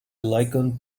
likened